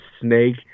snake